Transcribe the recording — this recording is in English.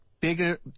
bigger